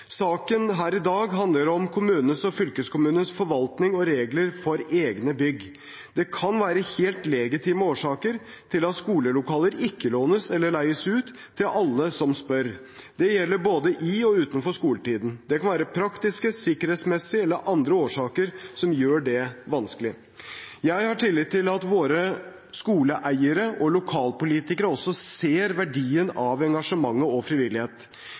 Saken her i dag handler om kommunenes og fylkeskommunenes forvaltning og regler for egne bygg. Det kan være helt legitime årsaker til at skolelokaler ikke lånes eller leies ut til alle som spør. Det gjelder både i og utenfor skoletiden. Det kan være praktiske, sikkerhetsmessige eller andre årsaker som gjør det vanskelig. Jeg har tillit til at våre skoleeiere og lokalpolitikere også ser verdien av engasjement og frivillighet.